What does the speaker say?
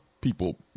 people